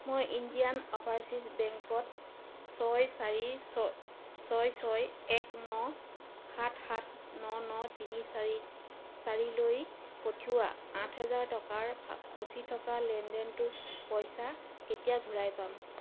মই Indian Overseas বেংকত ছয় চাৰি ছ ছয় ছয় এক ন সাত সাত ন ন তিনি চাৰি চাৰি লৈ পঠিওৱা আঠ হাজাৰ টকাৰ ফা ফচি থকা লেনদেনটোৰ পইচা কেতিয়া ঘূৰাই পাম